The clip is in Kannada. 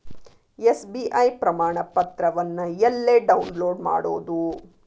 ಎಸ್.ಬಿ.ಐ ಪ್ರಮಾಣಪತ್ರವನ್ನ ಎಲ್ಲೆ ಡೌನ್ಲೋಡ್ ಮಾಡೊದು?